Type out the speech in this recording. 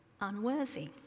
unworthy